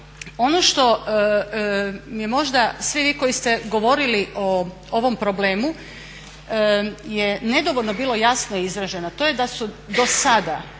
Ono što mi je možda, svi vi koji ste govorili o ovom problemu je nedovoljno bilo jasno izraženo a to je da su do sada,